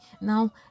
now